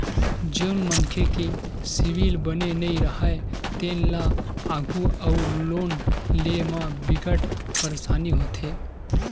जउन मनखे के सिविल बने नइ राहय तेन ल आघु अउ लोन लेय म बिकट परसानी होथे